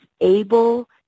able